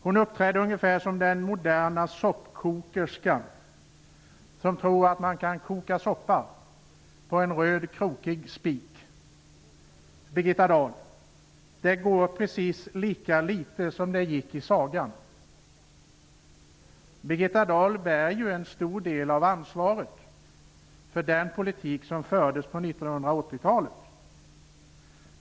Hon uppträdde ungefär som den moderna soppkokerska som tror att man kan koka soppa på en röd krokig spik. Det går, Birgitta Dahl, precis lika dåligt som det gick i sagan. Birgitta Dahl bär ju en stor del av ansvaret för den politik som fördes under 1980-talet.